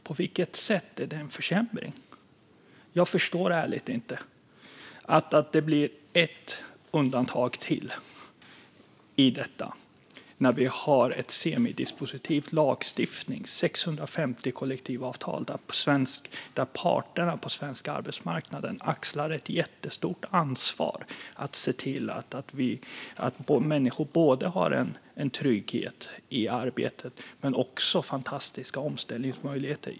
På vilket sätt är det en försämring - jag förstår ärligt inte - att det blir ett undantag till i detta när vi har en semidispositiv lagstiftning med 650 kollektivavtal där parterna på svensk arbetsmarknad axlar ett jättestort ansvar för att se till att människor har både trygghet i arbetet och fantastiska omställningsmöjligheter?